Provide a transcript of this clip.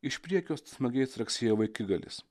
iš priekio smagiai straksėjo vaikigalis